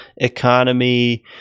economy